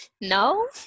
No